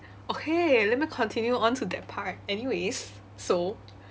okay let me continue on to that part anyways so